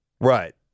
Right